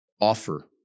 offer